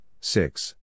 six